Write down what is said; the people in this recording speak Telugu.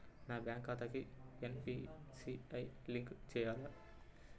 నా బ్యాంక్ ఖాతాకి ఎన్.పీ.సి.ఐ లింక్ చేయాలా?